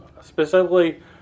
specifically